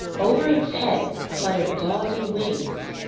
over its head fluttered gauzy wings.